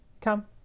come